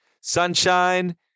sunshine